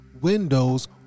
Windows